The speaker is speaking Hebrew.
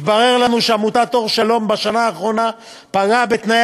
התברר לנו שעמותת "אור שלום" בשנה האחרונה פגעה בתנאי